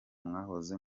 mwahoze